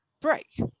break